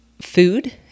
food